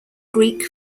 greek